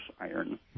iron